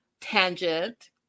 tangent